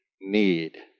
need